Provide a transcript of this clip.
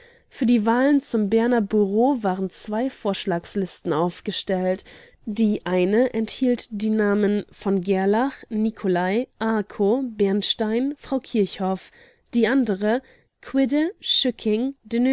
für die wahlen zum berner bureau waren zwei vorschlagslisten aufgestellt die eine enthielt die namen v gerlach nicolai arco bernstein frau kirchhoff die andere quidde